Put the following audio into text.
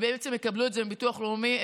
ובעצם יקבלו את זה מביטוח לאומי,